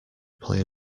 play